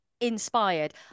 inspired